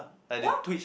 what